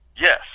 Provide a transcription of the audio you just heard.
yes